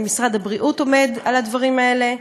ומשרד הבריאות עמד על הדברים האלה.